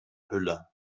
hülle